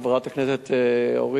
חברת הכנסת אורית,